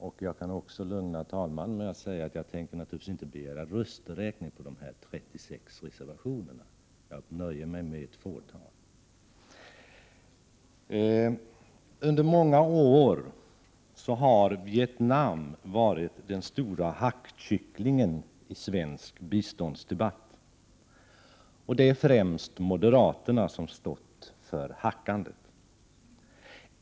Men jag kan lugna talmannen med att säga att jag naturligtvis inte kommer att begära rösträkning när det gäller de 36 reservationerna, utan jag nöjer mig med ett fåtal. Under många år har Vietnam varit den stora hackkycklingen i svensk biståndsdebatt. Det är främst moderaterna som har stått för hackandet.